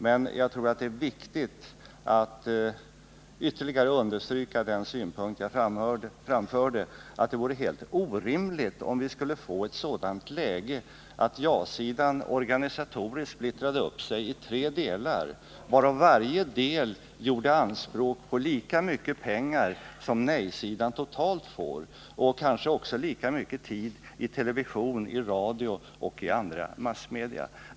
Men jag tror det är viktigt att ytterligare understryka den synpunkt jag framförde, att det vore helt orimligt om vi skulle få ett sådant läge att ja-sidan organisatoriskt splittrade upp sig i tre delar och varje del gjorde anspråk på lika mycket pengar som nej-sidan totalt får, och kanske också lika mycket tid i television, i radio och i andra massmedia.